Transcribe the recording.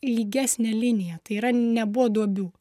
lygesnę liniją tai yra nebuvo duobių